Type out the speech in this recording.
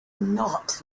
not